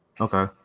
okay